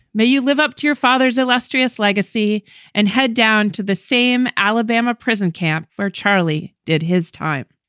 may you live up to your father's illustrious legacy and head down to the same alabama prison camp where charlie did his time?